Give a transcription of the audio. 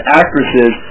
actresses